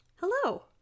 Hello